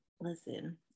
listen